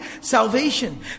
salvation